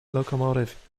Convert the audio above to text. locomotive